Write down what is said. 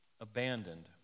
Abandoned